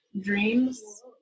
dreams